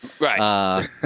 right